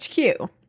hq